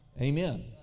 Amen